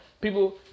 People